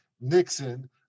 Nixon